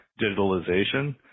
digitalization